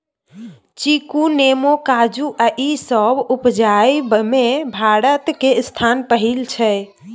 चीकू, नेमो, काजू ई सब उपजाबइ में भारत के स्थान पहिला छइ